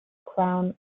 crown